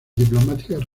diplomáticas